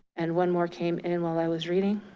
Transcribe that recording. and one more came in while i was reading.